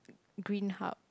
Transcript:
green hub